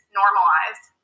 normalized